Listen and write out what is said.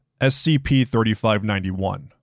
SCP-3591